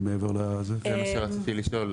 מעבר למעבר --- זה מה שרציתי לשאול,